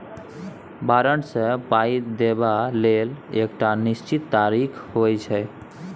बारंट सँ पाइ देबा लेल एकटा निश्चित तारीख होइ छै